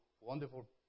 wonderful